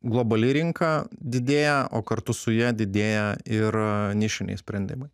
globali rinka didėja o kartu su ja didėja ir nišiniai sprendimai